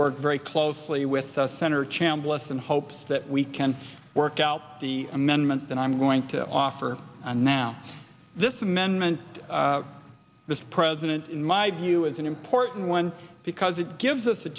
work very closely with the senator chambliss in hopes that we can work out the amendment that i'm going to offer and now this amendment to this president in my view is an important one because it gives us a